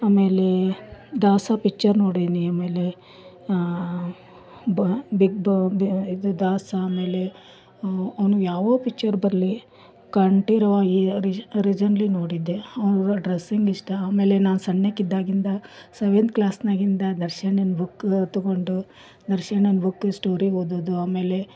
ಆಮೇಲೆ ದಾಸ ಪಿಚ್ಚರ್ ನೋಡೇನಿ ಆಮೇಲೆ ಬ ಬಿಗ್ ಬೊ ಇದು ದಾಸ ಆಮೇಲೆ ಅವ್ನ ಯಾವ ಪಿಚ್ಚರ್ ಬರಲಿ ಕಂಠೀರವ ರಿಜೆನ್ಲಿ ನೋಡಿದ್ದೆ ಅವರ ಡ್ರೆಸ್ಸಿಂಗ್ ಇಷ್ಟ ಆಮೇಲೆ ನಾ ಸಣ್ಣಕಿದ್ದಾಗಿಂದ ಸೆವೆಂತ್ ಕ್ಲಾಸ್ನಾಗಿಂದ ದರ್ಶನನ ಬುಕ್ ತೊಗೊಂಡು ದರ್ಶನನ ಬುಕ್ ಸ್ಟೋರಿ ಓದೋದು ಆಮೇಲೆ